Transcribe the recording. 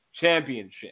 Championship